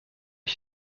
ich